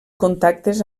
contactes